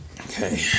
Okay